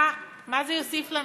מה זה יוסיף לנו?